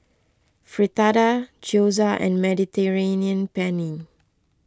Fritada Gyoza and Mediterranean Penne